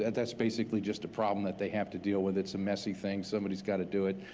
that's basically just a problem that they have to deal with. it's a messy thing, somebody's gotta do it.